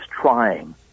trying